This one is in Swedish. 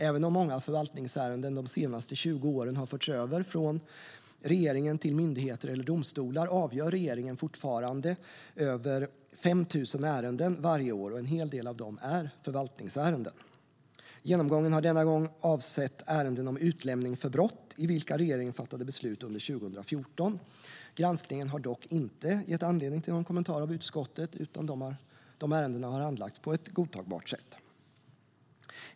Även om många förvaltningsärenden de senaste 20 åren har förts över från regeringen till myndigheter eller domstolar avgör regeringen fortfarande mer än 5 000 ärenden varje år, och en hel del av dem är förvaltningsärenden. Genomgången har denna gång avsett ärenden om utlämning för brott i vilka regeringen fattade beslut under 2014. Granskningen har inte gett anledning till någon kommentar av utskottet, utan ärendena har handlagts på ett godtagbart sätt.